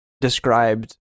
Described